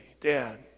Dad